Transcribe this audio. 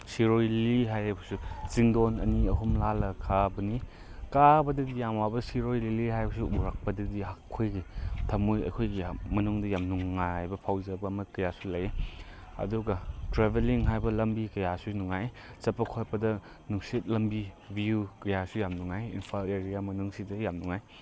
ꯁꯤꯔꯣꯏ ꯂꯤꯂꯤ ꯍꯥꯏꯕꯁꯨ ꯆꯤꯡꯗꯣꯟ ꯑꯅꯤ ꯑꯍꯨꯝ ꯂꯥꯜꯂꯒ ꯀꯥꯕꯅꯤ ꯀꯥꯕꯗ ꯌꯥꯝ ꯋꯥꯕ ꯁꯤꯔꯣꯏ ꯂꯤꯂꯤ ꯍꯥꯏꯕꯁꯨ ꯎꯔꯛꯄꯗꯗꯤ ꯑꯩꯈꯣꯏꯒꯤ ꯊꯃꯣꯏ ꯑꯩꯈꯣꯏꯒꯤ ꯃꯅꯨꯡꯗ ꯌꯥꯝ ꯅꯨꯡꯉꯥꯏꯕ ꯐꯥꯎꯖꯕ ꯑꯃ ꯀꯌꯥꯁꯨ ꯂꯩ ꯑꯗꯨꯒ ꯇ꯭ꯔꯦꯕꯦꯂꯤꯡ ꯍꯥꯏꯕ ꯂꯝꯕꯤ ꯀꯌꯥꯁꯨ ꯅꯨꯡꯉꯥꯏ ꯆꯠꯄ ꯈꯣꯠꯄꯗ ꯅꯨꯡꯁꯤꯠ ꯂꯝꯕꯤ ꯚ꯭ꯌꯨ ꯀꯌꯥꯁꯨ ꯌꯥꯝꯅ ꯅꯨꯡꯉꯥꯏ ꯏꯝꯐꯥꯜ ꯑꯦꯔꯤꯌꯥ ꯃꯅꯨꯡꯁꯤꯗ ꯌꯥꯝ ꯅꯨꯡꯉꯥꯏ